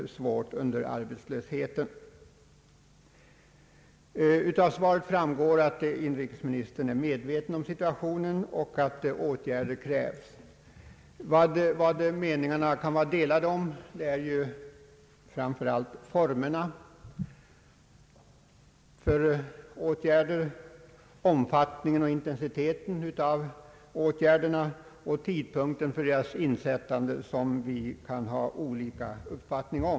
Av interpellationssvaret framgår att inrikesministern är medveten om situationen och att åtgärder krävs. Våra meningar kan vara delade beträffande framför allt formerna för sådana åtgärder, omfattningen och intensiteten av dem och tidpunkten för deras insättande.